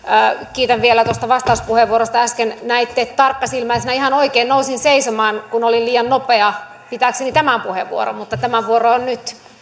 kiitän vielä tuosta vastauspuheenvuorosta äsken näitte tarkkasilmäisenä ihan oikein nousin seisomaan kun olin liian nopea pitääkseni tämän puheenvuoron mutta tämän vuoro on nyt